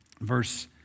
Verse